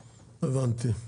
הבנתי.